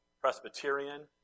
Presbyterian